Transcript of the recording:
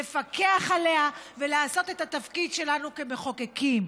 לפקח עליה ולעשות את התפקיד שלנו כמחוקקים.